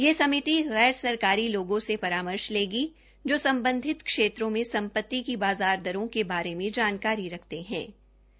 ये समिति गैर सरकारी लोगों से परामर्श लेगी जो संबंधित क्षेत्रों में संपत्ति की बाजार दरों के बारे में जानकारी रखते हों